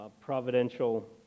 providential